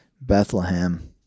Bethlehem